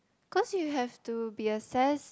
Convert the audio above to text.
cause you have to be assessed